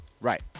Right